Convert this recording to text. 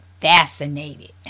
fascinated